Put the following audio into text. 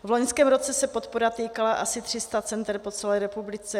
V loňském roce se podpora týkala asi 300 center po celé republice.